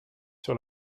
sur